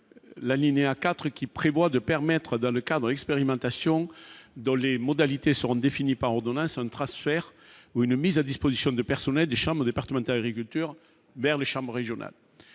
l'alinéa 4 qui prévoit de permettre, dans le cadre expérimentation dont les modalités seront définies par ordonnance trace faire ou une mise à disposition de personnels des chambres départementales agriculture vers les chambres régionales.